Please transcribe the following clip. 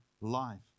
life